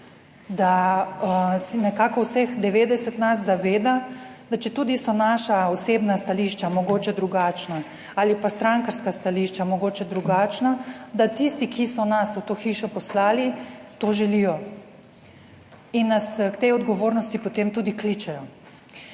vseh 90 nas zaveda, da četudi so naša osebna stališča mogoče drugačna, ali pa strankarska stališča mogoče drugačna, da tisti, ki so nas v to hišo poslali, to želijo. In nas k tej odgovornosti, potem tudi kličejo.